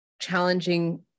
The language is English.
challenging